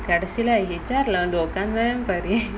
கடைசில:kadaisila H_R leh வந்து உட்காந்தான் பாரு:vanthu utkaanthaan paaru